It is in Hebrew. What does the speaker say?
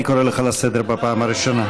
אני קורא אותך לסדר פעם ראשונה.